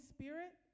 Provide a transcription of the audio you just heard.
Spirit